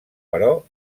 però